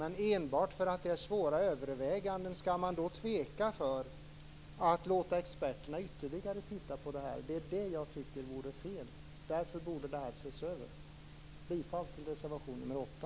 Men skall man bara för att det är svåra överväganden tveka inför att låta experterna ytterligare se över detta? Det vore fel. Därför bör frågan ses över. Jag yrkar bifall till reservation nr 8.